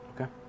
Okay